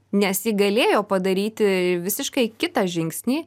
nes ji galėjo padaryti visiškai kitą žingsnį